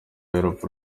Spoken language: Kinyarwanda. y’urupfu